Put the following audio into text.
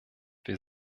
wir